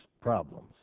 problems